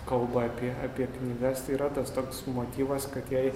kalba apie apie knygas tai yra tas toks motyvas kad jai